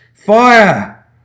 Fire